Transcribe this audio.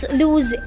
lose